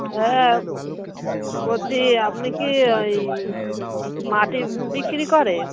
হ্যাঁ বলছি আপনি কি ওই মাটি বিক্রি করেন